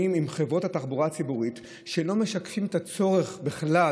עם חברות התחבורה הציבורית שלא משקפים את הצורך בכלל,